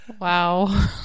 wow